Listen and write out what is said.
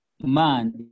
man